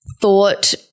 thought